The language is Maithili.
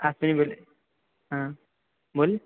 अश्विनी बोलै हँ बोल